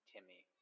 Timmy